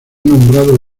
nombrado